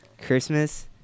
Christmas